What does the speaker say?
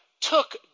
took